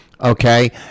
okay